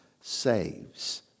saves